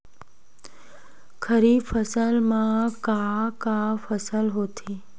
खरीफ फसल मा का का फसल होथे?